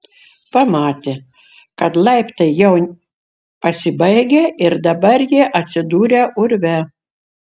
pamatė kad laiptai jau pasibaigę ir dabar jie atsidūrę urve